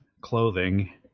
clothing